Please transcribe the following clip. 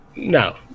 No